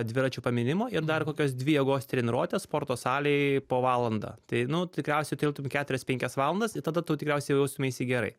dviračio paminimo ir dar kokios dvi jėgos treniruotės sporto salėj po valandą tai nu tikriausiai tilptum į keturias penkias valandas ir tada tu tikriausiai jaustumeisi gerai